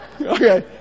okay